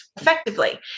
effectively